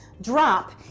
drop